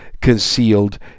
concealed